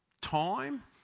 time